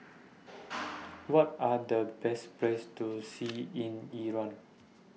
What Are The Best Places to See in Iran